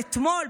אתמול,